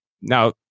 Now